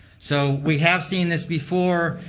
so we have seen this before.